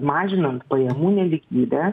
mažinant pajamų nelygybę